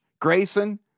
Grayson